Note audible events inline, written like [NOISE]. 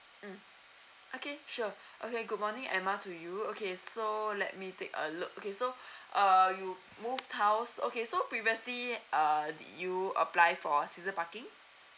mm okay sure okay good morning emma to you okay so let me take a look okay so [BREATH] uh you move house okay so previously uh did you apply for season parking